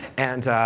and,